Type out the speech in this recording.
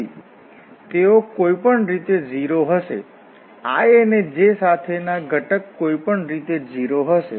તેઓ કોઈપણ રીતે 0 હશે i અને j સાથે ના ઘટક કોઈપણ રીતે 0 હશે